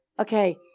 Okay